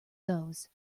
those